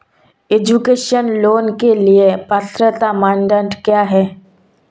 Education loan के लिए पात्रता मानदंड क्या है?